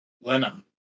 Lena